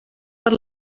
per